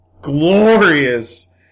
glorious